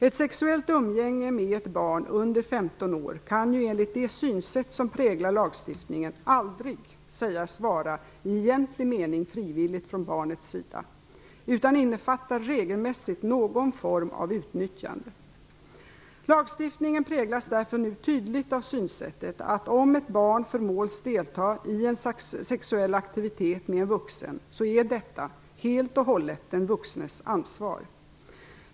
Ett sexuellt umgänge med ett barn under 15 år kan ju enligt det synsätt som präglar lagstiftningen aldrig sägas vara i egentlig mening frivilligt från barnets sida, utan innefattar regelmässigt någon form av utnyttjande. Lagstiftningen präglas därför nu tydligt av synsättet att om ett barn förmås delta i en sexuell aktivitet med en vuxen så är detta helt och hållet den vuxnes ansvar.